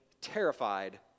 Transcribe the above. terrified